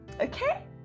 okay